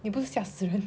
你不是吓死